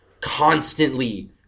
Constantly